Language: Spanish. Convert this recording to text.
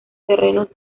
terrenos